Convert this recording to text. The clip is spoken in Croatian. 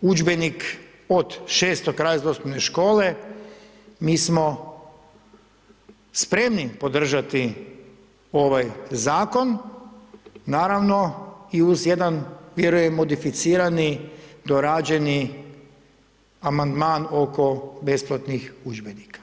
udžbenik od 6 razreda osnovne škole mi smo spremni podržati ovaj zakon, naravno i uz jedan vjerujem modificirani dorađeni amandman oko besplatnih udžbenika.